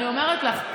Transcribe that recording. אני אומרת לך,